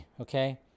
okay